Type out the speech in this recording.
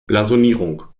blasonierung